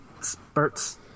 Spurts